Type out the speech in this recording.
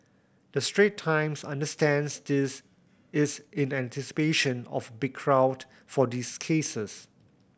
the Strait Times understands this is in anticipation of big crowd for these cases